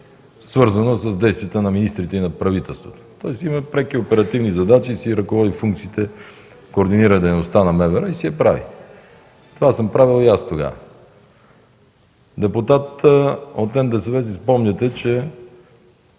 свързано с действията на министрите и на правителството. Той си има преки оперативни задачи и си ръководи функциите – координира дейността на МВР, и си я прави. Това съм правил и аз тогава. Депутат от НДСВ. Спомняте си, че